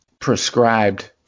prescribed